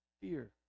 fear